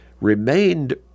remained